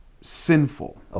sinful